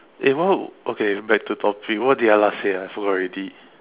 eh what okay back to topic what did I last say ah I forgot already